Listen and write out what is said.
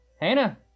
Hannah